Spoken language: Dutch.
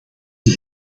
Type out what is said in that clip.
die